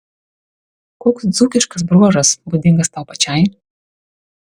koks dzūkiškas bruožas būdingas tau pačiai